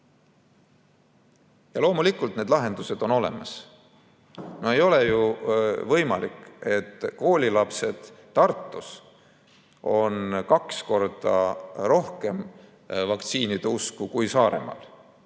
Ja loomulikult need lahendused on olemas. Ei ole ju võimalik, et koolilapsed Tartus on kaks korda rohkem vaktsiinideusku kui Saaremaa